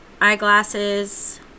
eyeglasses